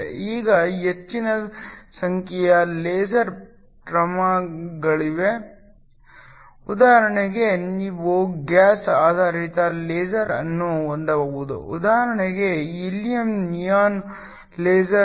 ಈಗ ಹೆಚ್ಚಿನ ಸಂಖ್ಯೆಯ ಲೇಸರ್ ಸಾಮಗ್ರಿಗಳಿವೆ ಉದಾಹರಣೆಗೆ ನೀವು ಗ್ಯಾಸ್ ಆಧಾರಿತ ಲೇಸರ್ ಅನ್ನು ಹೊಂದಬಹುದು ಉದಾಹರಣೆಗೆ ಹೀಲಿಯಂ ನಿಯಾನ್ ಲೇಸರ್